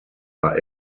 are